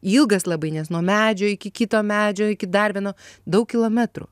ilgas labai nes nuo medžio iki kito medžio iki dar vieno daug kilometrų